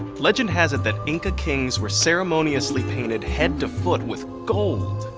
legend has it that inca kings were ceremoniously painted head to foot with gold.